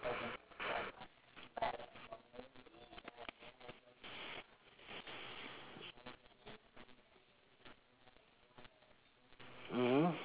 mmhmm